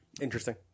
interesting